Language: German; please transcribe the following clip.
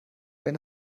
wenn